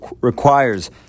requires